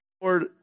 Lord